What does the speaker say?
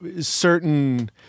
certain